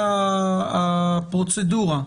הפרוצדורה.